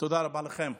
תודה רבה לכם.